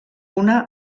una